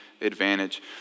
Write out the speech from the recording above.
advantage